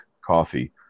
coffee